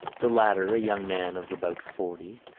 the latter, a young man of about forty,